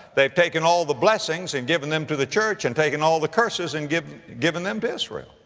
they've taken all the blessings and given them to the church and taken all the curses and give, given them to israel.